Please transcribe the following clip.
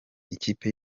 ikipe